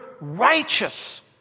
righteous